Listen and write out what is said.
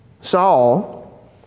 Saul